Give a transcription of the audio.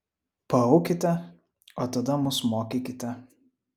paaukite o tada mus mokykite